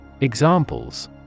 Examples